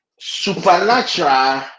supernatural